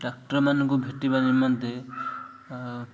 ଡାକ୍ତରମାନଙ୍କୁ ଭେଟିବା ନିମନ୍ତେ